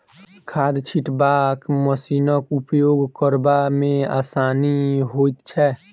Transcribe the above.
खाद छिटबाक मशीनक उपयोग करबा मे आसानी होइत छै